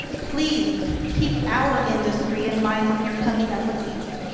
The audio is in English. please keep our industry in mind when you're coming up with these.